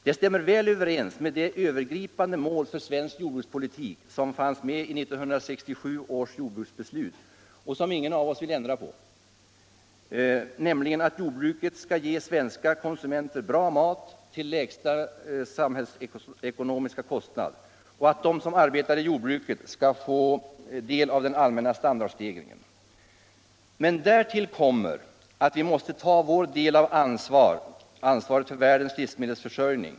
De stämmer väl överens med det övergripande mål för svensk jordbrukspolitik som fanns med i 1967 års jordbruksbeslut och som ingen av oss vill ändra på, nämligen att jordbruket skall ge svenska konsumenter bra mat till lägsta samhällsekonomiska kostnad och att de som arbetar inom jordbruket skall få del av den allmänna standardstegringen. Men därtill kommer att vi måste ta vår del av ansvaret för världens livsmedelsförsörjning.